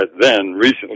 then-recently